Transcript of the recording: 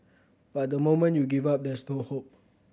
but the moment you give up there's no hope